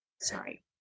Sorry